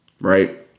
right